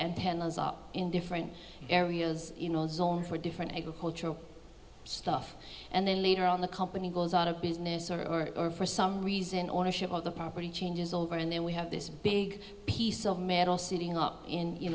antennas up in different areas for different agricultural stuff and then later on the company goes out of business or for some reason ownership of the property changes over and then we have this big piece of metal sitting up in you